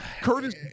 curtis